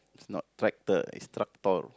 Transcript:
it's not tractor it's tractor